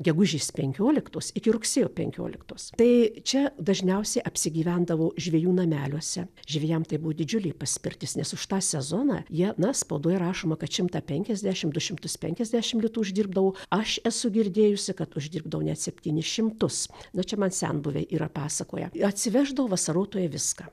gegužės penkioliktos iki rugsėjo penkioliktos tai čia dažniausiai apsigyvendavo žvejų nameliuose žvejam tai buvo didžiulė paspirtis nes už tą sezoną jie na spaudoje rašoma kad šimtą penkiasdešim du šimtus penkiasdešim litų uždirbdavo aš esu girdėjusi kad uždirbdavo net septynis šimtus na čia man senbuviai yra pasakoję atsiveždavo vasarotojai viską